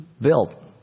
built